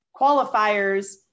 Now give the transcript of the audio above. qualifiers